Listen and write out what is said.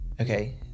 Okay